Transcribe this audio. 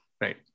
right